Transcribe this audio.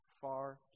far